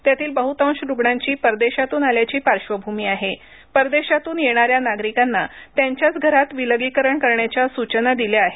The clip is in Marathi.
त्यातील बहुतांश रुग्णांची परदेशातून आल्याची पार्श्वभूमी आहे परदेशातून येणाऱ्या नागरिकांना त्यांच्याच घरात विलगीकरण करण्याच्या सूचना दिल्या आहेत